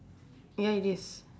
ya it is